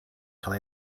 cael